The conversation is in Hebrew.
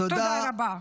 תודה רבה.